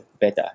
better